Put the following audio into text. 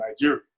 Nigeria